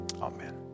Amen